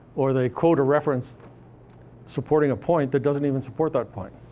or they quote a reference supporting a point that doesn't even support that point.